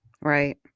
Right